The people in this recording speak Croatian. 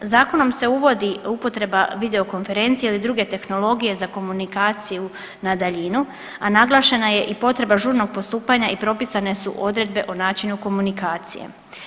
Zakonom se uvodi upotreba video konferencije ili druge tehnologije za komunikaciju na daljinu, a naglašena je i potreba žurnog postupanja i propisane su odredbe o načinu komunikacije.